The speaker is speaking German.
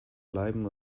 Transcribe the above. bleiben